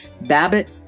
Babbitt